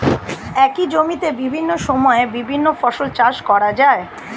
একই জমিতে বিভিন্ন সময়ে বিভিন্ন ফসল চাষ করা যায়